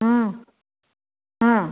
ಹ್ಞೂ ಹ್ಞೂ